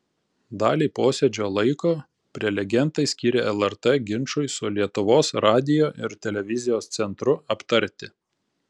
dalį posėdžio laiko prelegentai skyrė lrt ginčui su lietuvos radijo ir televizijos centru aptarti